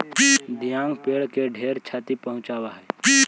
दियाँ पेड़ के ढेर छति पहुंचाब हई